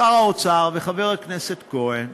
שר האוצר וחבר הכנסת כהן,